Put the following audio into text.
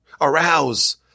Arouse